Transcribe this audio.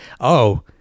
oh-